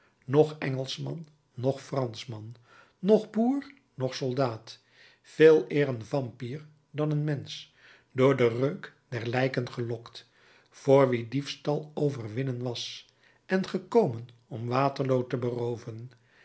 noch engelschman noch franschman noch boer noch soldaat veeleer een vampier dan een mensch door den reuk der lijken gelokt voor wien diefstal overwinning was en gekomen om waterloo te berooven